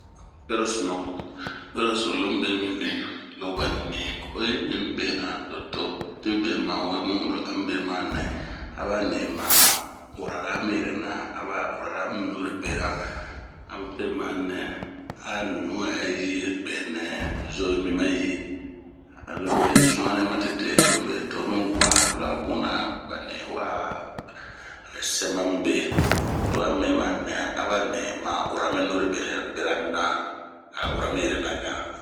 Nnhhh perosunu, perosunu lomibe mibin, lobani ma'o yi mimibe na lo mi be ma nɛ aba ni ma urara mi yɛrɛna.aba urara mi nurebena ,a beni ma nɛ a nu bɛ yi bɛ nɛ mi mayi.lo mibe suani matete ,lomibe tonu bua, mɛɛ aba ni wa sɛɛ mamibe a urarami bera na.